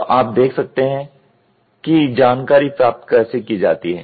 तो आप देख सकते हैं कि जानकारी प्राप्त कैसे की जाती है